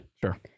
Sure